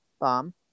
Bomb